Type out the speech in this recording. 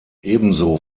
ebenso